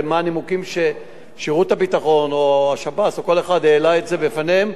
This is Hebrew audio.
ומה הנימוקים ששירות הביטחון או השב"ס או כל אחד העלה בפניהם.